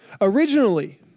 Originally